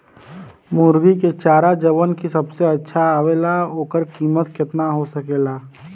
मुर्गी के चारा जवन की सबसे अच्छा आवेला ओकर कीमत केतना हो सकेला?